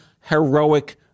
heroic